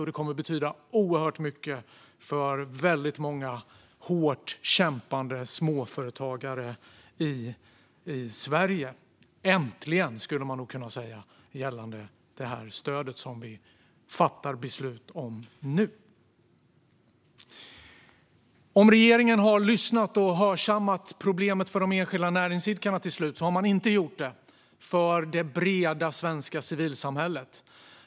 Det kommer att betyda oerhört mycket för väldigt många hårt kämpande småföretagare i Sverige. Äntligen! Det skulle man nog kunna säga gällande det stöd som vi nu fattar beslut om. Om regeringen har lyssnat och till slut hörsammat problemet för de enskilda har man inte gjort det för det breda svenska civilsamhället.